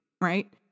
right